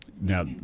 Now